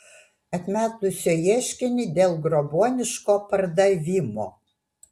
atmetusio ieškinį dėl grobuoniško pardavimo